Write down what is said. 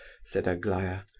said aglaya.